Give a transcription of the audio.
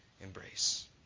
embrace